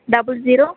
double zero